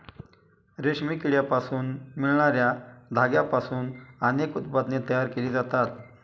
रेशमी किड्यांपासून मिळणार्या धाग्यांपासून अनेक उत्पादने तयार केली जातात